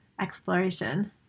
exploration